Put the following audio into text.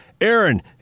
Aaron